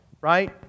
Right